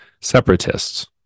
separatists